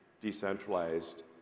decentralized